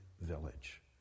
village